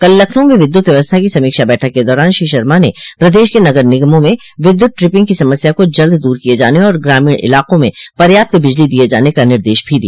कल लखनऊ में विद्युत व्यवस्था की समीक्षा बैठक के दौरान श्री शर्मा ने प्रदेश के नगर निगमों में विद्युत ट्रिपिंग की समस्या को जल्द दूर किये जाने और ग्रामीण इलाकों में पर्याप्त बिजली दिये जाने का निर्देश भी दिया